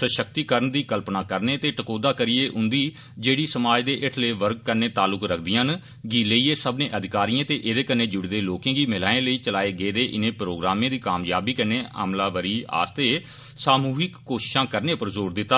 सशक्तिकरण दी कल्पना करने ते टकोदा करियै उदी जेड़ी समाज दे ऐठले वर्ग कन्नै ताल्क रखदिआ न गी लेइयै सब्बै अधिकारिएं ते एहदे नै ज्ड़े दे लोकें गी महिलाएं लेई चलाये गेदे इनें प्रोग्रामें दी कामयाबी नै अमलावरी आस्तै साम्हिक कोशश करने पर जोर दिता ऐ